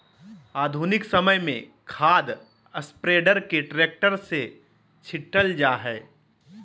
आधुनिक समय में खाद स्प्रेडर के ट्रैक्टर से छिटल जा हई